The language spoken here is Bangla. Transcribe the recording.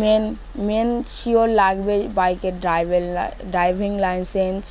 মেন মেন শিওর লাগবে বাইকের ড্রাইভ ড্রাইভিং লাইসেন্স